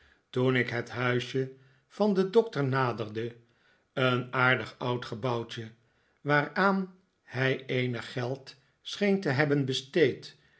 toen ik het huisje van den doctor naderde een aardig oud gebouwtje waaraan hij eenig geld scheen te hebben besteed